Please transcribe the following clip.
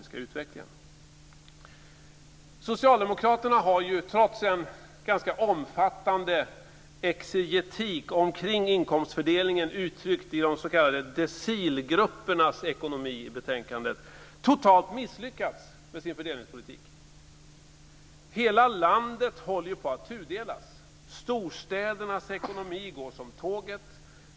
Socialdemokraterna har, trots en ganska omfattande exegetik omkring inkomstfördelningen uttryckt i de s.k. decilgruppernas ekonomi i betänkandet, totalt misslyckats med sin fördelningspolitik. Hela landet håller ju på att tudelas. Storstädernas ekonomi går som tåget.